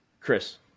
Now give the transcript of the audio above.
Chris